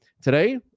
today